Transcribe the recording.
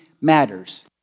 matters